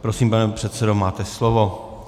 Prosím, pane předsedo, máte slovo.